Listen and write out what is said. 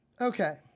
Okay